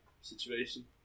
situation